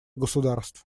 государств